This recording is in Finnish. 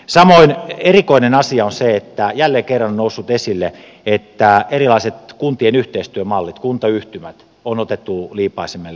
samoin erikoinen asia on se että jälleen kerran on noussut esille että erilaiset kuntien yhteistyömallit kuntayhtymät on otettu liipaisimelle